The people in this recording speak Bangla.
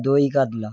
দই কাতলা